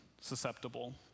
susceptible